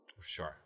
Sure